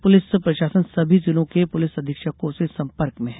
प्रदेश police प्रशासन सभी जिलों के पुलिस अधीक्षकों से संपर्क में है